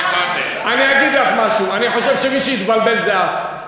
אני אגיד לך משהו: אני חושב שמי שהתבלבל זה את.